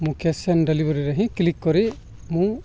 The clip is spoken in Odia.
ମୁଁ କ୍ୟାସ୍ ଅନ୍ ଡେଲିଭରିରେ ହିଁ କ୍ଲିକ୍ କରି ମୁଁ